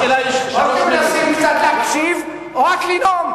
או שאתם מנסים להקשיב, או רק לנאום.